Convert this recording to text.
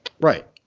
Right